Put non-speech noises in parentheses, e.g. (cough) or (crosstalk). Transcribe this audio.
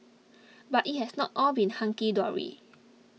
(noise) but it has not all been hunky dory